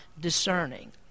discerning